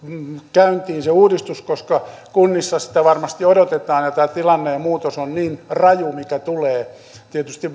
käyntiin se uudistus koska kunnissa sitä varmasti odotetaan ja tämä tilanne ja muutos on niin raju mikä tulee tietysti